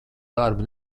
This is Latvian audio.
darbu